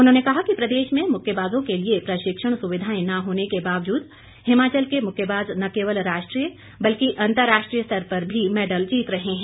उन्होंने कहा कि प्रदेश में मुक्केबाजों के लिए प्रशिक्षण सुविधाएं न होने के बावजूद हिमाचल के मुक्केबाज न केवल राष्ट्रीय बल्कि अंतर्राष्ट्रीय स्तर पर भी मैडल जीत रहे हैं